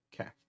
Okay